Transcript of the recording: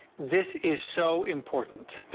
this is so important.